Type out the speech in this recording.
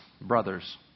brothers